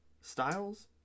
Styles